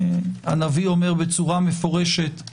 הנביא אומר בצורה מפורשת,